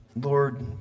Lord